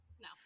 no